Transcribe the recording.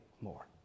more